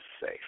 safe